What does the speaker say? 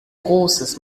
großes